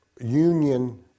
union